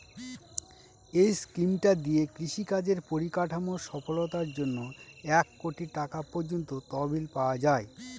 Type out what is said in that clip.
এই স্কিমটা দিয়ে কৃষি কাজের পরিকাঠামোর সফলতার জন্যে এক কোটি টাকা পর্যন্ত তহবিল পাওয়া যায়